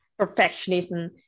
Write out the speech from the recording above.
perfectionism